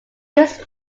was